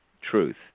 truth